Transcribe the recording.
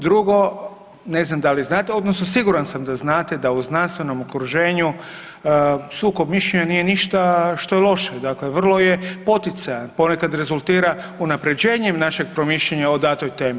Drugo, ne znam da li znate, odnosno siguran sam znate da u znanstvenom okruženju sukob mišljenja nije ništa što je loše, dakle vrlo je poticajan, ponekad rezultira unaprjeđenjem našeg promišljanja o datoj temi.